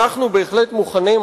אנחנו בהחלט מוכנים,